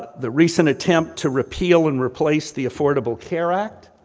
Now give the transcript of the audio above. the recent attempt to repeal and replace the affordable care act,